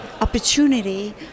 opportunity